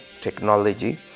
technology